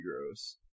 gross